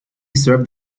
served